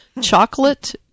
Chocolate